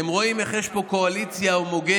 אתם רואים איך יש פה קואליציה הומוגנית,